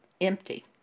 empty